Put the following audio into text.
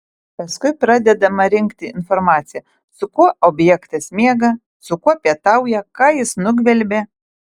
paskui pradedama rinkti informacija su kuo objektas miega su kuo pietauja ką jis nugvelbė